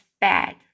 bad